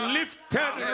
lifted